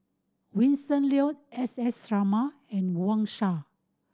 Vincent Leow S S Sarma and Wang Sha